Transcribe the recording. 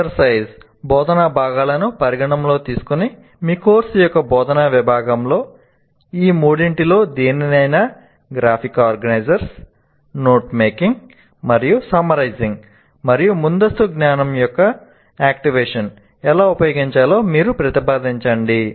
exercise ఎలా ఉపయోగించాలో మీరు ప్రతిపాదించండి